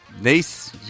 Nice